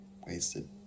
wasted